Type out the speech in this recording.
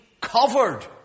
covered